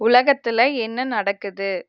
உலகத்தில் என்ன நடக்குது